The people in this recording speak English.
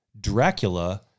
Dracula